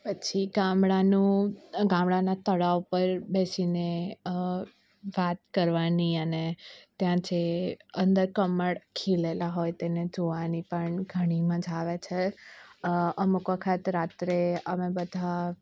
પછી ગામડાનું ગામડાનાં તળાવ પર બેસીને વાત કરવાની અને ત્યાં જે અંદર કમળ ખીલેલાં હોય તેને જોવાની પણ ઘણી મજા આવે છે અમુક વખત રાત્રે અમે બધા